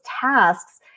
tasks